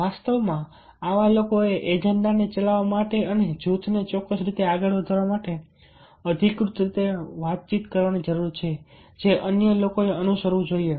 વાસ્તવમાં આવા લોકોએ એજન્ડાને ચલાવવા માટે અને જૂથને ચોક્કસ રીતે આગળ વધારવા માટે અધિકૃત રીતે વાતચીત કરવાની જરૂર છે જે અન્ય લોકોએ અનુસરવું જોઈએ